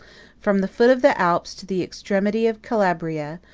from the foot of the alps to the extremity of calabria,